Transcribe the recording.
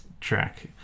track